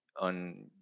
on